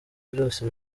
byose